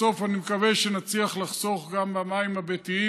בסוף, אני מקווה שנצליח לחסוך גם במים הביתיים.